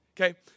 Okay